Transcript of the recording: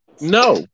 no